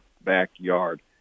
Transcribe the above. backyard